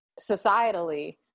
societally